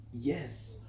yes